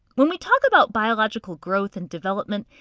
when we talk about biological growth and development,